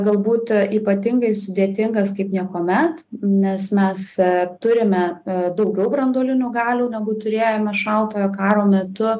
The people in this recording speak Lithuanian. galbūt ypatingai sudėtingas kaip niekuomet nes mes turime daugiau branduolinių galių negu turėjome šaltojo karo metu